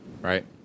Right